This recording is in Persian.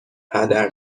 هدر